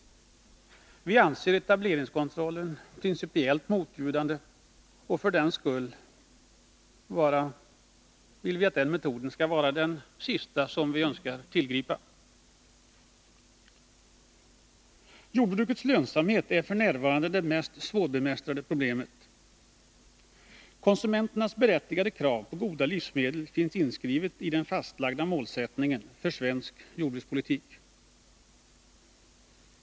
Vi anser etableringskontrollen principiellt motbjudande, och för den skull är den metoden den sista utväg som vi önskar tillgripa. Jordbrukets lönsamhet är f.n. det mest svårbemästrade problemet. Konsumenternas berättigade krav på goda livsmedel finns inskrivet i den fastlagda målsättningen för svensk jordbrukspolitik.